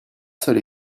seul